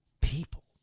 people